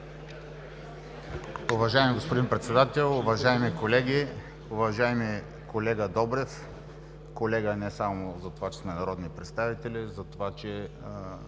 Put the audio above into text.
Уважаеми господин Председател, уважаеми колеги! Уважаеми колега Добрев – колега не само заради това, че сме народни представители, а заради това че